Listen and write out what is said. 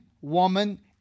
woman